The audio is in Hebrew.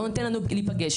לא נותן לנו להיפגש,